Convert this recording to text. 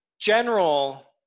general